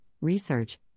research